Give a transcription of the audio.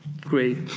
great